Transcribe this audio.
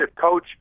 coach